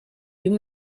you